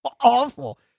Awful